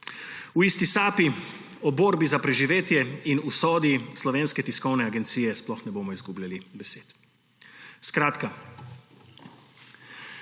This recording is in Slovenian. V isti sapi o borbi za preživetje in usodi Slovenske tiskovne agencije sploh ne bomo izgubljali besed. Skratka,